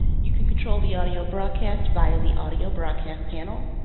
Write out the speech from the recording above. you can control the audio broadcast via the audio broadcast panel.